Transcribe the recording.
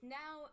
now